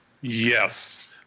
Yes